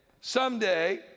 someday